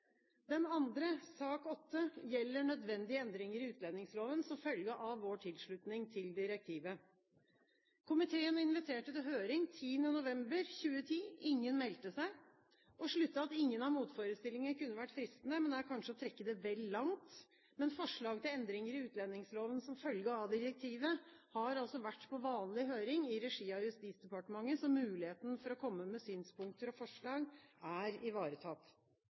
Den andre – sak nr. 8 – gjelder nødvendige endringer i utlendingsloven, som følge av vår tilslutning til direktivet. Komiteen inviterte til høring 10. november 2010. Ingen meldte seg. Å slutte at ingen har motforestillinger, kunne vært fristende, men det er kanskje å trekke det vel langt. Men forslag til endringer i utlendingsloven som følge av direktivet har altså vært på vanlig høring i regi av Justisdepartementet, så muligheten for å komme med synspunkter og forslag er ivaretatt.